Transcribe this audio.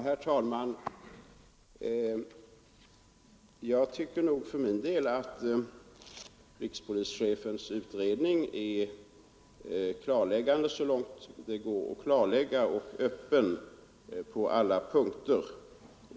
Herr talman! Jag tycker att rikspolischefens utredning är klarläggande och öppen på alla punkter.